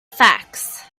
facts